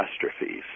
catastrophes